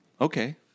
okay